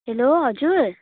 hello हजुर